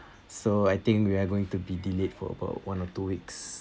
so I think we are going to be delayed for about one or two weeks